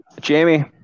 Jamie